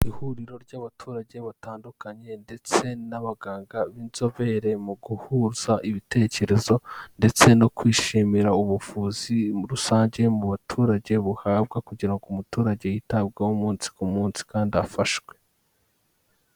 Ihuriro ry'abaturage batandukanye ndetse n'abaganga b'inzobere mu guhuza ibitekerezo, ndetse no kwishimira ubuvuzi rusange mu baturage buhabwa kugira ngo umuturage yitabweho umunsi ku munsi kandi afashwe.